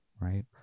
right